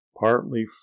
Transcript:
partly